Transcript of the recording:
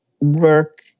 work